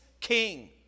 King